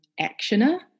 actioner